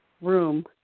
room